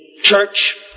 Church